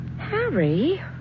Harry